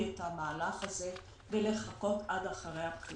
את המהלך הזה ולחכות עד אחרי הבחירות,